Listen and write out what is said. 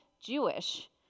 Jewish